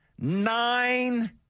nine